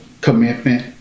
commitment